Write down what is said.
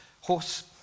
horse